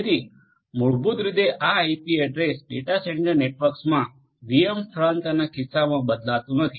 તેથી મૂળભૂત રીતે આ આઇપી એડ્રેસ્સ ડેટા સેન્ટર નેટવર્ક્સમાં વીએમ સ્થળાંતરના કિસ્સામાં બદલાતું નથી